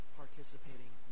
participating